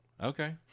okay